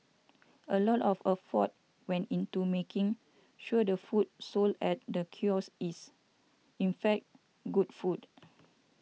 a lot of afford went into making sure the food sold at the kiosk is in fact good food